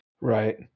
Right